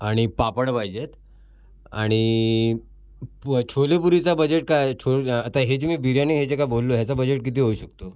आणि पापड पाहिजेत आणि पु छोले पुरीचा बजेट काय छो आता हे जे बिर्याणी हे जे काय बोललो ह्याचा बजेट किती होऊ शकतो